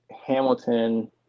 Hamilton